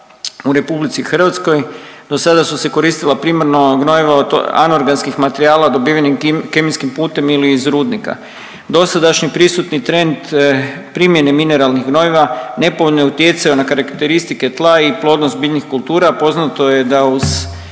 u Republici Hrvatskoj. Do sada su se koristila primarno gnojiva od anorganskih materijala dobivenih kemijskim putem ili iz rudnika. Dosadašnji prisutni trend primjene mineralnih gnojiva nepovoljno je utjecao na karakteristike tla i plodnost biljnih kultura. Poznato je da uz